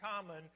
common